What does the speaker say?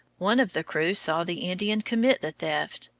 one of the crew saw the indian commit the theft,